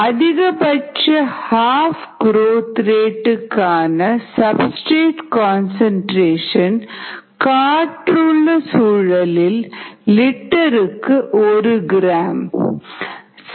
அதிகபட்ச half growth ரேட்கான substrate concentration காற்றுள்ள சூழலில் லிட்டருக்கு ஒரு கிராம் 1gl